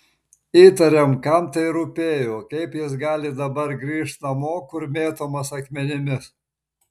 įtariam kam tai rūpėjo kaip jis gali dabar grįžt namo kur mėtomas akmenimis